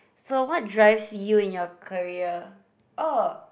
so what drives you in your career oh